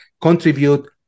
contribute